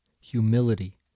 humility